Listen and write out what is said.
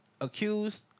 accused